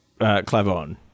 Clavon